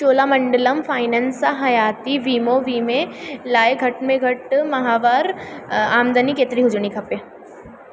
Cholamandalam finance सां हयाती वीमो वीमे लाइ घटि में घटि माहवार आमदनी केतिरी हुजणु खपे